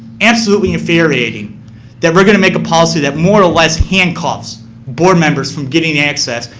absolutely infuriating that we're going to make a policy that more or less handcuffs board members from getting access,